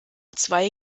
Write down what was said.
zwei